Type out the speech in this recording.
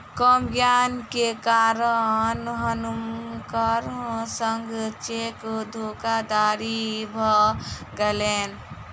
कम ज्ञान के कारण हुनकर संग चेक धोखादड़ी भ गेलैन